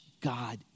God